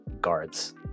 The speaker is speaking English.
guards